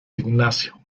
gimnasio